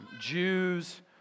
Jews